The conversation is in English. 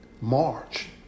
march